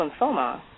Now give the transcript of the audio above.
lymphoma